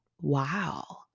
wow